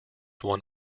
one